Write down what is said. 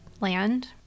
land